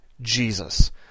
Jesus